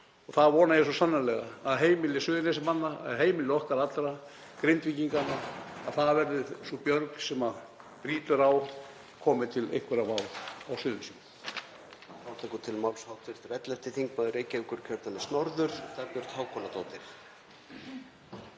Það vona ég svo sannarlega að heimili Suðurnesjamanna, að heimili okkar allra, Grindvíkinganna, að það verði sú björg sem brýtur á, komi til einhverrar vár á Suðurnesjum.